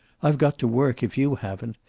i've got to work, if you haven't.